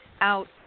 out